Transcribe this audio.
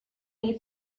need